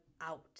out